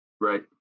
Right